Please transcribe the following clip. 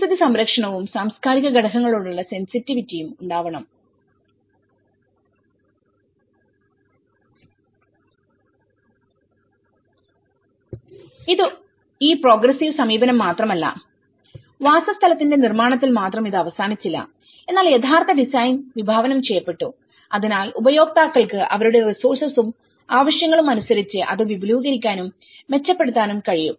പരിസ്ഥിതി സംരക്ഷണവും സാംസ്കാരിക ഘടകങ്ങളോടുള്ള സെൻസിറ്റിവിറ്റി യും ഉണ്ടാവണം ഇത് ഈ പ്രോഗ്രസ്സീവ് സമീപനം മാത്രമല്ല വാസസ്ഥലത്തിന്റെ നിർമ്മാണത്തിൽ മാത്രം ഇത് അവസാനിച്ചില്ല എന്നാൽ യഥാർത്ഥ ഡിസൈൻ വിഭാവനം ചെയ്യപ്പെട്ടു അതിനാൽ ഉപയോക്താക്കൾക്ക് അവരുടെ റിസോർസസും ആവശ്യങ്ങളും അനുസരിച്ച് അത് വിപുലീകരിക്കാനും മെച്ചപ്പെടുത്താനും കഴിയും